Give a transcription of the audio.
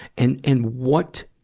and, and, what,